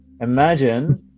Imagine